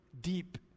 deep